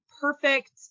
perfect